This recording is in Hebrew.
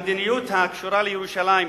המדיניות הקשורה לירושלים,